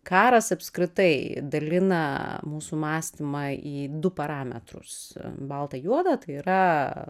karas apskritai dalina mūsų mąstymą į du parametrus baltą juodą tai yra